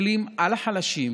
מסתכלים על החלשים,